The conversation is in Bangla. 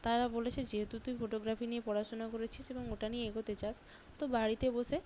তারা বলেছে যেহেতু তুই ফটোগ্রাফি নিয়ে পড়াশোনা করেছিস এবং ওটা নিয়ে এগোতে চাস তো বাড়িতে বসে